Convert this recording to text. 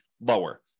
lower